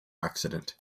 accident